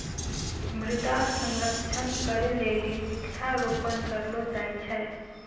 मृदा संरक्षण करै लेली वृक्षारोपण करलो जाय छै